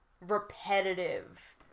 repetitive